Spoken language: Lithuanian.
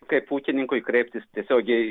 kaip ūkininkui kreiptis tiesiogiai